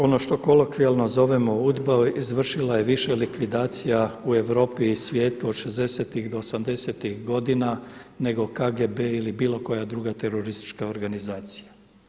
Ono što kolokvijalno zovemo UDBA izvršila je više likvidacija u Europi i svijetu od šezdesetih do osamdesetih godina, nego KGB ili bilo koja druga teroristička organizacija.